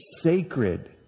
sacred